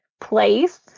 place